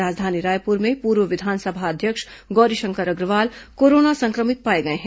राजधानी रायपूर में पूर्व विधानसभा अध्यक्ष गौरीशंकर अग्रवाल कोरोना संक्रमित पाए गए हैं